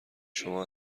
شما